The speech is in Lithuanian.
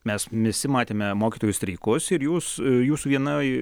mes visi matėme mokytojų streikus ir jūs jūsų vienoj